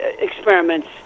experiments